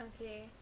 Okay